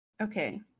Okay